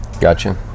Gotcha